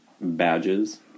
badges